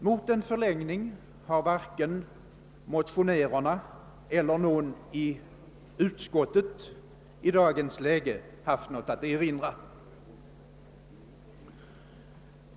Mot en sådan förlängning har varken motionärerna eller någon ledamot av utskottet i dagens läge haft något att erinra.